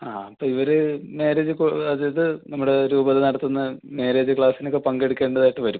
ആ അപ്പം ഇവർ മാര്യേജ് കൊ അത് ഇത് നമ്മുടെ രൂപതയിൽ നടത്തുന്ന മാര്യേജ് ക്ലാസിനൊക്കെ പങ്കെടുക്കേണ്ടതായിട്ട് വരും